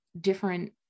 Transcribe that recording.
different